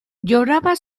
lloraba